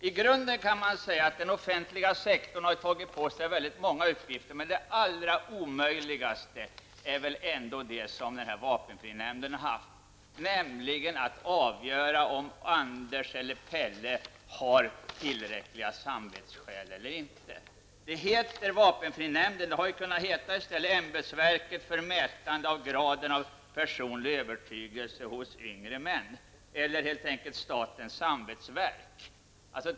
I grunden kan man säga att den offentliga sektorn har tagit på sig väldigt många uppgifter, men den allra omöjligaste är den som vapenfrinämnden har haft, nämligen att avgöra om Anders eller Pelle har tillräckliga samvetsskäl eller inte. Myndigheten heter vapenfrinämnden -- den hade kunnat heta ämbetsverk för mätande av graden av personlig övertygelse hos unga män eller helt enkelt statens samvetsverk.